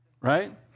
Right